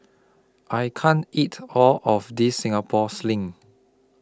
I can't eat All of This Singapore Sling